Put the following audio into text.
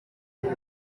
rugo